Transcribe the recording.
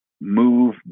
move